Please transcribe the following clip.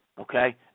Okay